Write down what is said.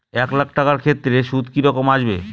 এক লাখ টাকার ক্ষেত্রে সুদ কি রকম আসবে?